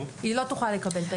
היא לא תוכל לקבל את האישור הזה.